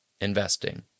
investing